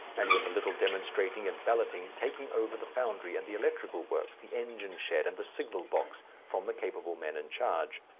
and with a little demonstrating and balloting taking over the foundry and the electrical works, the engine shed and the signal box, from the capable men in charge.